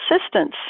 assistance